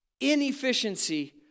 inefficiency